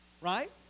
Right